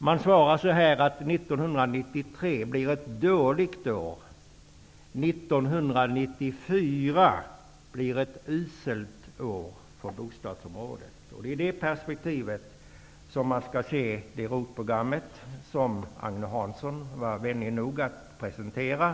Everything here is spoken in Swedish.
Man svarar att 1993 blir på bostadsområdet ett dåligt år, och 1994 blir ett uselt år. I det perspektivet skall man se ROT programmet, som Agne Hansson var vänlig nog att presentera.